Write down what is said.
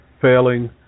failing